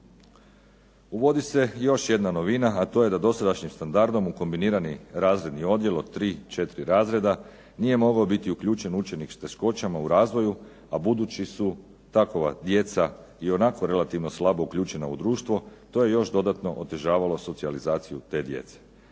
Uvodi se još jedna novina, a to je da dosadašnjim standardom u kombinirani razredni odjel od 3, 4 razreda nije mogao biti uključen učenik s teškoćama u razvoju, a budući su takova djeca ionako relativno slabo uključena u društvo, to je još dodatno otežavalo socijalizaciju te djece.